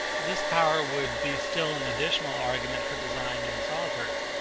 this power would be still an additional argument for design in its author.